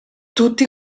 tutti